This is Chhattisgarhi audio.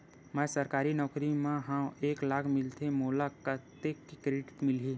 मैं सरकारी नौकरी मा हाव एक लाख मिलथे मोला कतका के क्रेडिट मिलही?